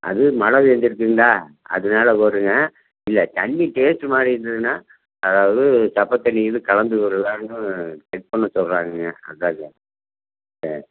அது மழை பேஞ்சுருக்குங்களா அதனால வருங்க இல்லை தண்ணி டேஸ்ட்டு மாதிரி இருந்துதுன்னா அதாவது சப்பைத்தண்ணி எதுவும் கலந்து வருதான்னு செக் பண்ண சொல்லுறாங்கங்க அதாங்க சரி